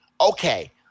okay